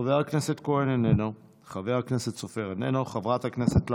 חבר הכנסת כהן, איננו, חבר הכנסת סופר, איננו,